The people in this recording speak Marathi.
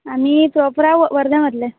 आम्ही प्रॉपरा वर्ध्यामधले